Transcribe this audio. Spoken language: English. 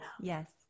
Yes